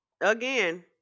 Again